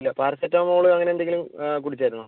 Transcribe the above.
ഇല്ല പാരസെറ്റാമോൾ അങ്ങനെ എന്തെങ്കിലും ആ കുടിച്ചായിരുന്നോ